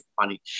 funny